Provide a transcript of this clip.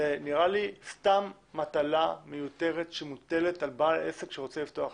נראה לי סתם מטלה מיותרת שמוטלת על בעל עסק שרוצה לפתח עסק.